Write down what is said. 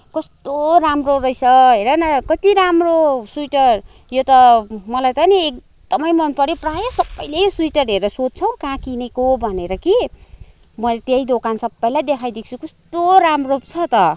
कस्तो राम्रो रहेछ हेर न कति राम्रो स्वेटर यो त मलाई त नि एकदमै मनपऱ्यो प्रायः सबैले स्वेटर हेरेर सोध्छ हौ कहाँ किनेको भनेर कि मैले त्यही दोकान सबैलाई देखाइदिएको छु कस्तो राम्रो पो छ त